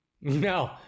No